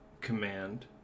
command